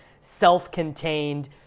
self-contained